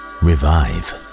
revive